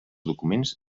documents